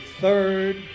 third